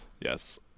Yes